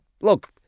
look